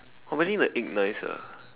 oh meaning the egg nice ah